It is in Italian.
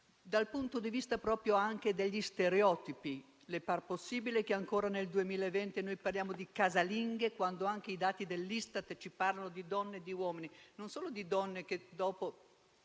dal punto di vista proprio degli stereotipi. Le pare possibile che ancora nel 2020 parliamo di «casalinghe» quando anche i dati dell'Istat ci parlano di donne e di uomini? Non mi riferisco solo a donne che dopo